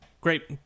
Great